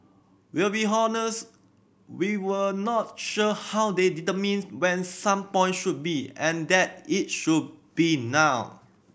we'll be honest we were not sure how they determined when some point should be and that it should be now